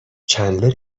چندلر